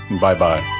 bye-bye